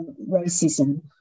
racism